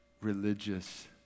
religious